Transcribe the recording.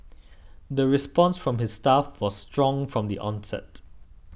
the response from his staff was strong from the onset